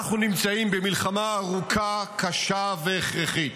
אנחנו נמצאים במלחמה ארוכה, קשה והכרחית.